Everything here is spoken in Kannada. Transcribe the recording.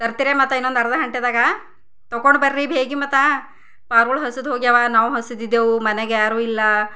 ತರ್ತಿರೇನು ಮತ್ತೆ ಇನ್ನೊಂದು ಅರ್ಧ ಗಂಟೆದಾಗ ತಕೊಂಡು ಬರ್ರಿ ಬೇಗ ಮತ್ತೆ ಪಾರ್ಗೋಳು ಹಸಿದು ಹೋಗ್ಯಾವ ನಾವು ಹಸಿದಿದ್ದೇವು ಮನೆಗ ಯಾರು ಇಲ್ಲ